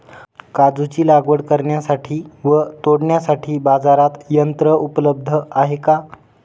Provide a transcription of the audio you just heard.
काजूची लागवड करण्यासाठी व तोडण्यासाठी बाजारात यंत्र उपलब्ध आहे का?